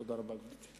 תודה רבה, גברתי.